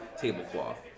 tablecloth